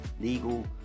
legal